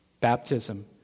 baptism